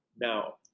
now